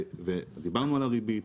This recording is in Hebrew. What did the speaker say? דיברנו על הריבית,